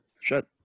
Shut